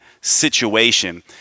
situation